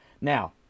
Now